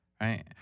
right